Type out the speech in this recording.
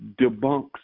debunks